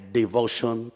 devotion